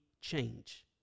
change